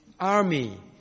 army